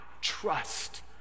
trust